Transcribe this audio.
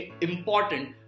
important